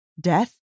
death